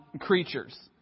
creatures